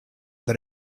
that